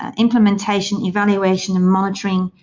um implementation, evaluation and monitoring,